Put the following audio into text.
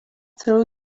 through